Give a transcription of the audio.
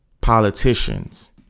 politicians